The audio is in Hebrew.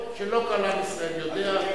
אף-על-פי שלא כל עם ישראל יודע.